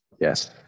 yes